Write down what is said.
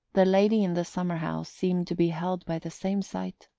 the lady in the summer-house seemed to be held by the same sight.